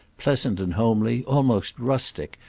pleasant and homely, almost rustic,